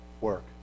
work